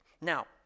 Now